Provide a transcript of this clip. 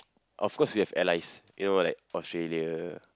of course we have allies you know like Australia